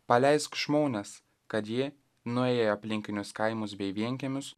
paleisk žmones kad ji nuėję į aplinkinius kaimus bei vienkiemius